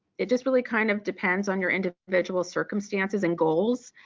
it just really kind of depends on your individual circumstances and goals.